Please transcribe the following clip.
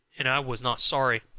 and i was not sorry.